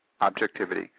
objectivity